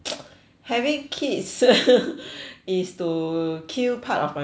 having kids is to kill part of my boredom